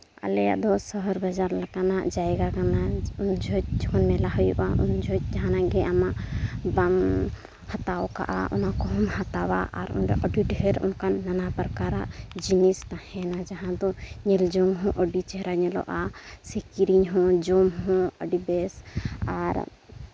ᱟᱞᱮᱭᱟᱜ ᱫᱚ ᱥᱚᱦᱚᱨ ᱵᱟᱡᱟᱨ ᱞᱮᱠᱟᱱᱟᱜ ᱡᱟᱭᱜᱟ ᱠᱟᱱᱟ ᱡᱚᱠᱷᱚᱱ ᱢᱮᱞᱟ ᱦᱩᱭᱩᱜᱼᱟ ᱩᱱ ᱡᱚᱠᱷᱚᱡ ᱡᱟᱦᱟᱱᱟᱜ ᱜᱮ ᱟᱢᱟᱜ ᱵᱟᱝ ᱦᱟᱛᱟᱣ ᱠᱟᱜᱼᱟ ᱚᱱᱟ ᱠᱚᱦᱚᱸᱢ ᱦᱟᱛᱟᱣᱟ ᱟᱨ ᱚᱸᱰᱮ ᱟᱹᱰᱤ ᱰᱷᱮᱹᱨ ᱱᱟᱱᱟ ᱯᱨᱚᱠᱟᱨᱟᱜ ᱡᱤᱱᱤᱥ ᱛᱟᱦᱮᱱᱟ ᱡᱟᱦᱟᱸ ᱫᱚ ᱧᱮᱞ ᱡᱚᱝ ᱦᱚᱸ ᱟᱹᱰᱤ ᱪᱮᱦᱨᱟ ᱧᱮᱞᱚᱜᱼᱟ ᱠᱤᱨᱤᱧ ᱦᱚᱸ ᱡᱚᱢ ᱦᱚᱸ ᱟᱹᱰᱤ ᱵᱮᱥ ᱟᱨ